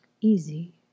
easy